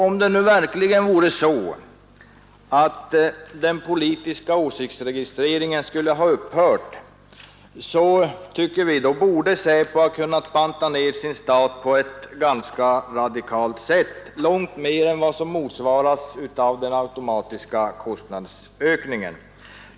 Om det nu verkligen vore så att den politiska åsiktsregistreringen skulle ha upphört, borde SÄPO ha kunnat banta ner sin stat på ett ganska radikalt sätt, långt mer än vad som motsvaras av de automatiska kostnadsstegringarna.